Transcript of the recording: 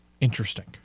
Interesting